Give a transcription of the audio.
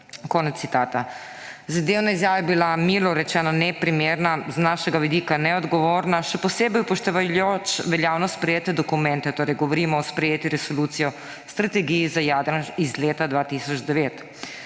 prioriteta.« Zadevna izjava je bila, milo rečeno, neprimerna, z našega vidika neodgovorna, še posebej upoštevajoč veljavno sprejete dokumente, torej govorim o sprejeti Resoluciji o Strategiji za Jadran iz leta 2009.